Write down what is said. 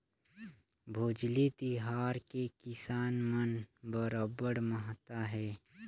भोजली तिहार के किसान मन बर अब्बड़ महत्ता हे